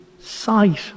sight